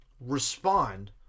respond